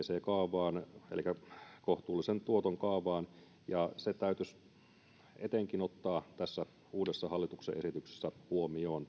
wacc kaavaan elikkä kohtuullisen tuoton kaavaan ja etenkin tämä seikka täytyisi ottaa tässä uudessa hallituksen esityksessä huomioon